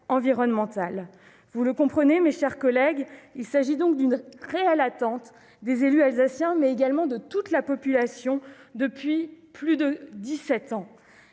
environnemental. Vous le comprenez, mes chers collègues, il s'agit donc d'une réelle attente des élus alsaciens et de toute la population depuis plus de